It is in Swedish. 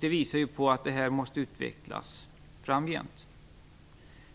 Det visar på att systemet måste utvecklas framgent.